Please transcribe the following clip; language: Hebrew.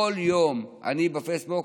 כל יום אני בפייסבוק,